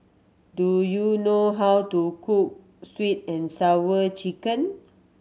do you know how to cook Sweet And Sour Chicken